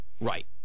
Right